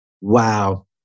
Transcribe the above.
Wow